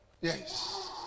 Yes